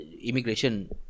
immigration